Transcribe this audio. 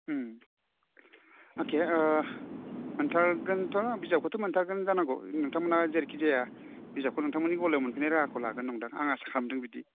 उम अके आह मोनथारगोनथ' बिजाबखौथ' मोनखागोन जानांगौ नोंथांमोनहा जेरैखि जाया बिजाबखौ नोंथांमोननि गलायाव मोनफैनाय राहाखौ लागोन नंदां आं आसा खालामदों बिदि